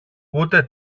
ούτε